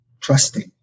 trusting